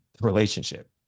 relationship